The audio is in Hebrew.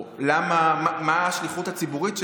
או מה השליחות הציבורית שלי,